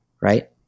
right